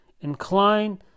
incline